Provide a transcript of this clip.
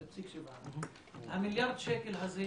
10.7. מיליארד השקלים האלה,